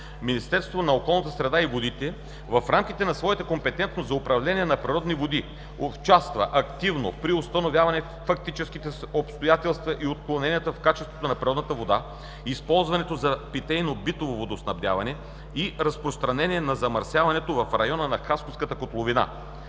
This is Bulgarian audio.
Министерството на околната среда и водите (МОСВ) в рамките на своята компетентност за управление на природните води: - участва активно при установяване на фактическите обстоятелства и отклоненията в качеството на природната вода, използвана за питейно-битово водоснабдяване, и разпространение на замърсяването в района на Хасковската котловина,